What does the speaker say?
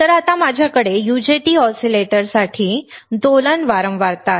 तर आता माझ्याकडे UJT ऑसिलेटरसाठी माझी दोलन वारंवारता आहे